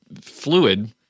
fluid